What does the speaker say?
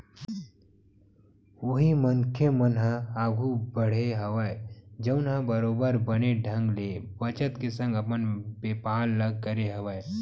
उही मनखे मन ह आघु बड़हे हवय जउन ह बरोबर बने ढंग ले बचत के संग अपन बेपार ल करे हवय